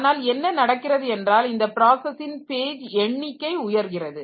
ஆனால் என்ன நடக்கிறது என்றால் இந்தப் பிராசஸின் பேஜ் எண்ணிக்கை உயர்கிறது